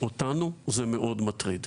אותנו זה מאוד מטריד.